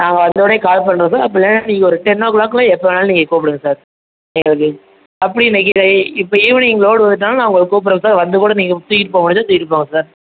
நாங்கள் வந்தோடொன்னே கால் பண்ணுகிறோம் சார் அப்படி இல்லைன்னா நீங்கள் ஒரு டென்னோ க்ளாக்குள் எப்போது வேணாலும் நீங்கள் கூப்பிடுங்க சார் நியர்லி அப்படி இன்றைக்கி இப்போது ஈவ்னிங் லோடு வந்துவிட்டாலும் நான் உங்களை கூப்பிடறேன் சார் வந்து கூட நீங்கள் தூக்கிட்டுப்போக முடிஞ்சால் தூக்கிட்டுப் போங்க சார்